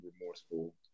remorseful